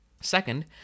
Second